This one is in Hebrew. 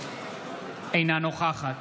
אינה נוכחת